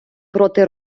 проти